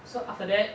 so after that